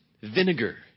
vinegar